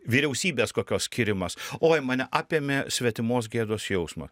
vyriausybės kokios skyrimas oi mane apėmė svetimos gėdos jausma